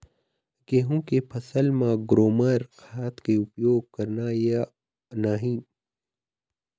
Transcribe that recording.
गेहूं के फसल म ग्रोमर खाद के उपयोग करना ये या नहीं?